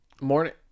Morning